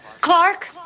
Clark